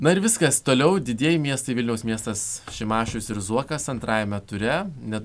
na ir viskas toliau didieji miestai vilniaus miestas šimašius ir zuokas antrajame ture net